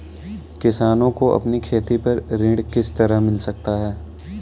किसानों को अपनी खेती पर ऋण किस तरह मिल सकता है?